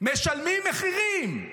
משלמים מחירים.